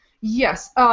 Yes